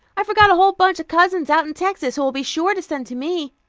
i forgot a whole bunch of cousins out in texas, who will be sure to send to me.